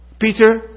Peter